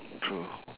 true